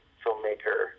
filmmaker